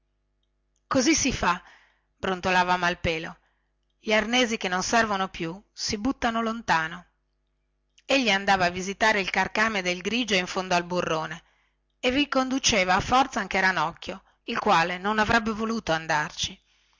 così si fa brontolava malpelo gli arnesi che non servono più si buttano lontano ei andava a visitare il carcame del grigio in fondo al burrone e vi conduceva a forza anche ranocchio il quale non avrebbe voluto andarci